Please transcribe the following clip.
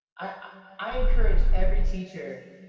i encourage every teacher,